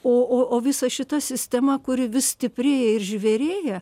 o o o visa šita sistema kuri vis stiprėja ir žvėrėja